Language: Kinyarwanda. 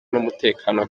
n’umutekano